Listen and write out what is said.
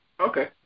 Okay